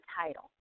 title